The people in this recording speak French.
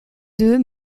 deux